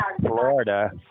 Florida